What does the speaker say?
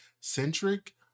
centric